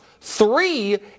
Three